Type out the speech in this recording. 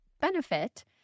benefit